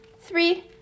Three